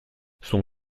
son